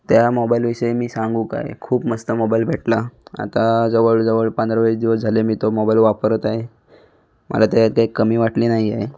त्या मोबाईलविषयी मी सांगू काय खूप मस्त मोबाईल भेटला आता जवळजवळ पंधरावीस दिवस झाले मी तो मोबाईल वापरत आहे मला तेयात काही कमी वाटली नाही आहे